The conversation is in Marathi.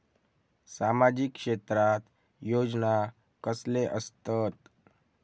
सामाजिक क्षेत्रात योजना कसले असतत?